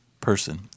person